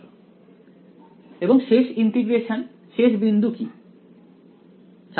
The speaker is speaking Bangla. ছাত্র এবং শেষ ইন্টিগ্রেশন শেষ বিন্দু হল